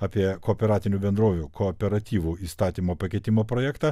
apie kooperatinių bendrovių kooperatyvų įstatymo pakeitimo projektą